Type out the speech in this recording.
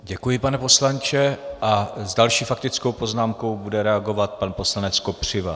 Děkuji, pane poslanče, a s další faktickou poznámkou bude reagovat pan poslanec Kopřiva.